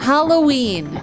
Halloween